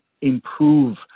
improve